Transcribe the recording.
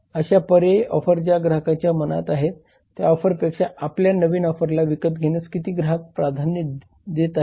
अशा पर्यायी ऑफर ज्या ग्राहकांच्या मनात आहेत त्या ऑफरपेक्षा आपल्या नवीन ऑफरला विकत घेण्यास किती ग्राहक प्राधान्य देतात